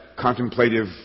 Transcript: contemplative